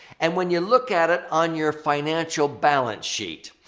and when you look at it on your financial balance sheet,